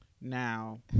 now